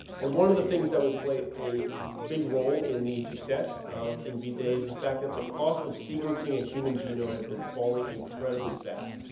and one of the things that will play a big role in the success of in v-day is the fact that the cost of sequencing a human genome has been falling incredibly fast.